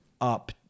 up